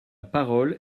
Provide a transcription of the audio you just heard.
parole